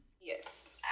Yes